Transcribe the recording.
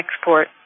export